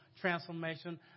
transformation